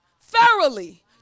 thoroughly